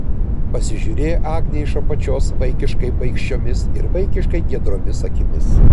pasižiūrėjo agnė iš apačios vaikiškai bugščiomis ir vaikiškai giedriomis akimis